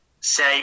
say